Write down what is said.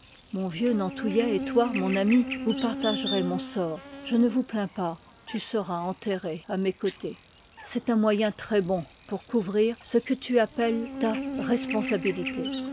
mon vieux nantouillet et toi mon ami vous partagerez mon sort je ne vous plains pus tu seras enterré i mes côtés c'est un moyen trèà bon pour couvrir ce que tu appelles ta rtsponsahilité